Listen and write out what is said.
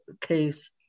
case